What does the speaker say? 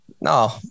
No